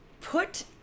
Put